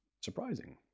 surprising